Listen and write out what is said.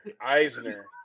Eisner